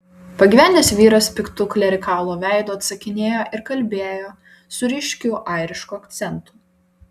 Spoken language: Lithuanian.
pagyvenęs vyras piktu klerikalo veidu atsakinėjo ir kalbėjo su ryškiu airišku akcentu